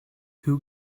who